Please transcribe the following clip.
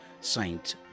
Saint